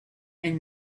and